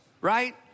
right